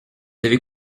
avez